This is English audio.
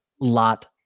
lot